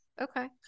Okay